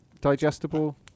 Digestible